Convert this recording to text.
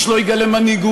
מי שלא יגלה מנהיגות,